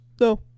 No